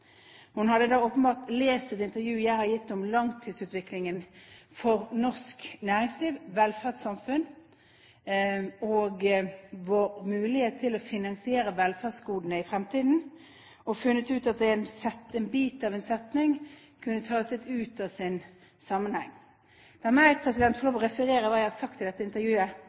Hun hadde åpenbart lest et intervju jeg har gitt om langtidsutviklingen for norsk næringsliv, velferdssamfunn og vår mulighet til å finansiere velferdsgodene i fremtiden, og funnet ut at en bit av en setning kunne tas litt ut av sin sammenheng. La meg få lov til å referere hva jeg sa i dette intervjuet: